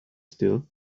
still